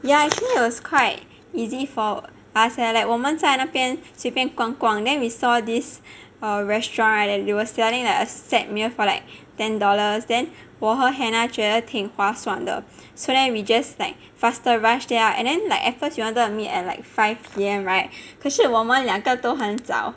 ya actually it was quite easy for us leh 我们在那边随便逛逛 then we saw this err restaurant [right] they were selling like a set meal for like ten dollars then 我和 hannah 觉得挺划算的 so then we just like faster rush there ah and then like at first you wanted to meet at like five P_M [right] 可是我们两个都很早